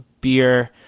beer